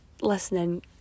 listening